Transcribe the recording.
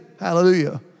Hallelujah